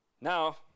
Now